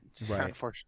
unfortunately